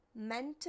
mental